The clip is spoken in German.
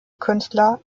künstler